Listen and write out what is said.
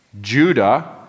Judah